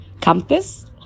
compass